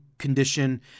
condition